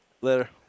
Later